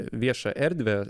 viešą erdvę